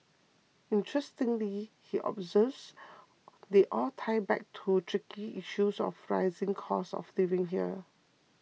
interestingly he observes they all tie back to tricky issue of the rising cost of living here